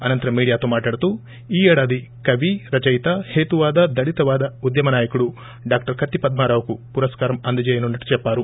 అనంతరం మీడియాతో మాట్లాడుతూ ఈ ఏడాది కవి రచయిత హేతువాద దళితవాద ఉద్యమనాయకుడు డాక్టర్ కత్తి పద్మారావుకు పురస్కారం అందచేయనున్నట్టు చెప్పారు